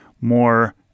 more